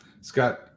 Scott